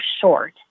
short